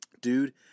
Dude